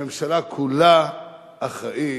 הממשלה כולה אחראית.